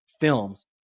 films